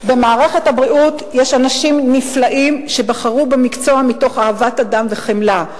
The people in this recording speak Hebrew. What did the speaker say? במערכת הבריאות יש אנשים נפלאים שבחרו במקצוע מתוך אהבת אדם וחמלה.